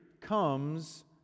comes